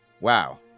Wow